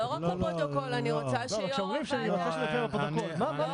אני רוצה שיו"ר הוועדה שוב,